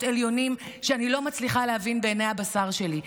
עליונים שאני לא מצליחה להבין בעיני הבשר שלי,